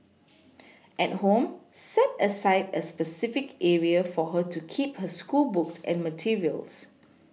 at home set aside a specific area for her to keep her schoolbooks and materials